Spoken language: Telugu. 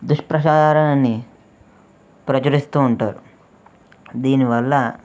దుష్ప్రచారాలన్నీ ప్రచురిస్తూ ఉంటారు దీనివల్ల